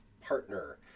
partner